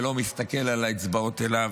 ולא מסתכל על האצבעות אליו,